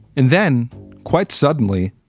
and then quite suddenly,